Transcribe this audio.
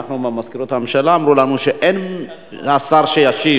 ממזכירות הממשלה אמרו לנו שאין שר שישיב,